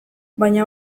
baina